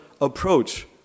approach